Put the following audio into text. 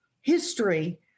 history